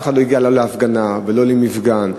לא הגיע לא להפגנה ולא למפגן,